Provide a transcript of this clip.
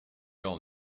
all